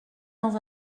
dans